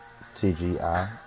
tgi